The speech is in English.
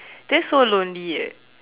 that's so lonely eh